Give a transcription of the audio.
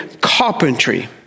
carpentry